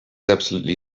absolutely